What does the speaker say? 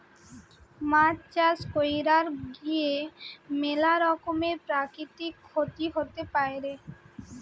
মাছ চাষ কইরার গিয়ে ম্যালা রকমের প্রাকৃতিক ক্ষতি হতে পারে